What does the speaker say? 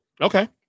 Okay